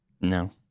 No